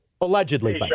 Allegedly